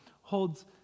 holds